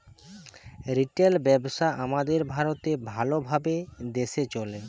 retail ব্যবসা আমাদের ভারতে ভাল ভাবে দ্যাশে চলে